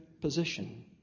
position